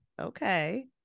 okay